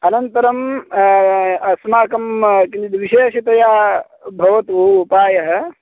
अनन्तरम् अस्माकं किञ्चित् विशेषतया भवतु उपायः